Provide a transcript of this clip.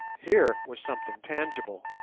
here was something tangible.